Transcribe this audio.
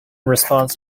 response